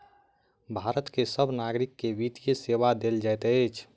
भारत के सभ नागरिक के वित्तीय सेवा देल जाइत अछि